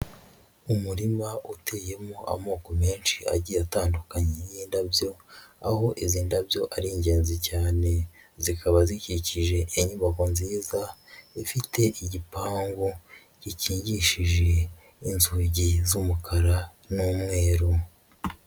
Umurima uteyemo amoko menshi agiye atandukanye y'indabyo, aho izi ndabyo ari ingenzi cyane, zikaba zikikije inyubako nziza, ifite igipangu gikigishije n'inzugi z'umukara n'umweru.